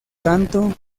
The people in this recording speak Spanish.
tanto